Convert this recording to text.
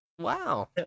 Wow